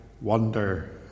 wonder